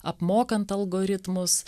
apmokant algoritmus